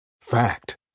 Fact